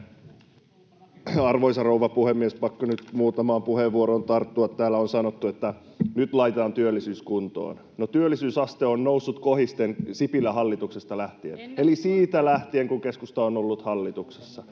Arvoisa rouva puhemies! On pakko nyt muutamaan puheenvuoroon tarttua. Täällä on sanottu, että nyt laitetaan työllisyys kuntoon. No, työllisyysaste on noussut kohisten Sipilän hallituksesta lähtien eli siitä lähtien, kun keskusta on ollut hallituksessa,